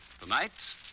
Tonight